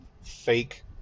fake